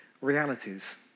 realities